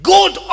Good